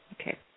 Okay